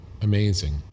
Amazing